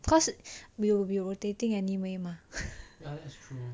because we will be a rotating anyway mah